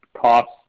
costs